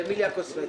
לאמיליה קוסמטיקס.